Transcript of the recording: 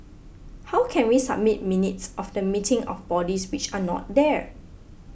how can we submit minutes of the meeting of bodies which are not there